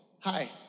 hi